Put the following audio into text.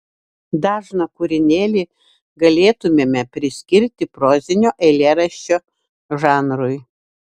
dažną kūrinėlį galėtumėme priskirti prozinio eilėraščio žanrui